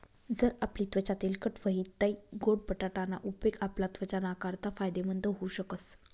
जर आपली त्वचा तेलकट व्हयी तै गोड बटाटा ना उपेग आपला त्वचा नाकारता फायदेमंद व्हऊ शकस